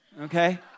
okay